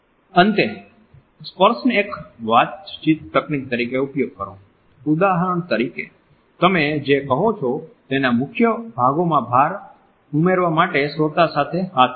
અંતે સ્પર્શને એક વાતચીત તકનીક તરીકે ઉપયોગ કરો ઉદાહરણ તરીકે તમે જે કહો છો તેના મુખ્ય ભાગોમાં ભાર ઉમેરવા માટે શ્રોતા સાથે હાથ મેળવો